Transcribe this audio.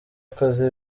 akoze